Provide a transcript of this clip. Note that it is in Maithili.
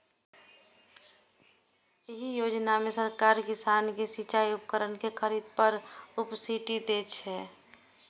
एहि योजना मे सरकार किसान कें सिचाइ उपकरण के खरीद पर सब्सिडी दै छै